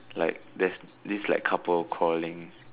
like there's this like couple quarrelling